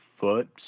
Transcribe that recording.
foot